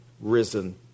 risen